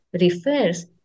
refers